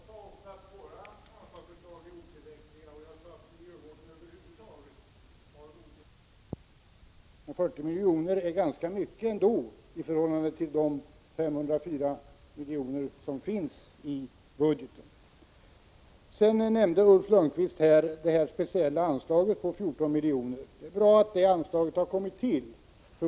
Herr talman! Ulf Lönnqvist sade att vi har föreslagit ”några miljoner” mer. 40 miljoner är inte så litet pengar. Jag sade också att våra anslagsförslag är otillräckliga och att miljövården över huvud taget har för små resurser. 40 miljoner är ändå ganska mycket i förhållande till de 504 miljoner som föreslås i budgeten. Ulf Lönnqvist nämnde det speciella anslaget på 14 milj.kr. Det är bra att detta anslag har kommit till.